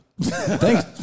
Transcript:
thanks